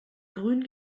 grün